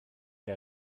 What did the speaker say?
der